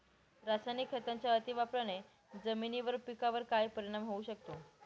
रासायनिक खतांच्या अतिवापराने जमिनीवर व पिकावर काय परिणाम होऊ शकतो?